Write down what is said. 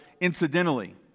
incidentally